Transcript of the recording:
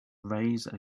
raise